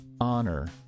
honor